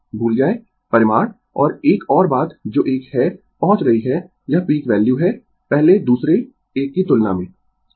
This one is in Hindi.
भूल जायें परिमाण और एक और बात जो एक है पहुँच रही है यह पीक वैल्यू है पहले दूसरे एक की तुलना में